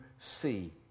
see